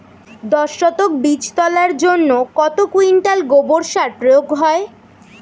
দশ শতক বীজ তলার জন্য কত কুইন্টাল গোবর সার প্রয়োগ হয়?